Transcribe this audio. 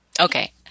okay